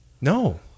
no